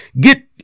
get